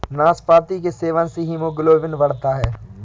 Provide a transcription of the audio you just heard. नाशपाती के सेवन से हीमोग्लोबिन बढ़ता है